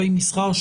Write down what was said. בסוף השבוע הזה,